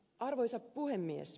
arvoisa puhemies